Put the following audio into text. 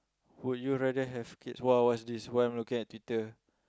would you rather have kids !wow! what's this why am I looking at Twitter